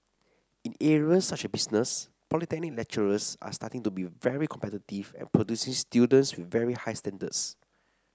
in areas such as business polytechnic lecturers are starting to be very competitive and producing students very high standards